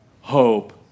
hope